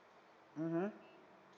mmhmm